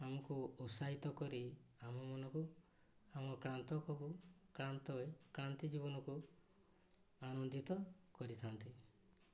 ଆମକୁ ଉତ୍ସାହିତ କରି ଆମ ମନକୁ ଆମ କ୍ଲାନ୍ତକୁ କ୍ଲାନ୍ତ କ୍ଲାନ୍ତି ଜୀବନକୁ ଆନନ୍ଦିତ କରିଥାନ୍ତି